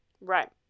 Right